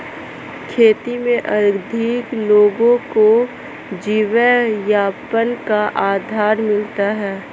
खेती में अधिक लोगों को जीवनयापन का आधार मिलता है